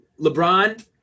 LeBron